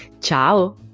Ciao